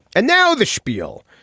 and now the spiel.